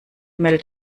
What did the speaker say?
mel